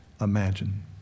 imagine